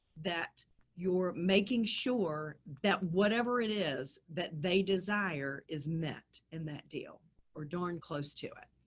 that you're making sure that whatever it is that they desire is met in that deal or darn close to it,